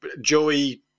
Joey